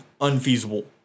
unfeasible